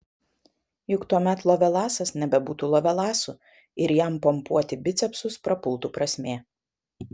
juk tuomet lovelasas nebebūtų lovelasu ir jam pompuoti bicepsus prapultų prasmė